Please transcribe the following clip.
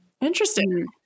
Interesting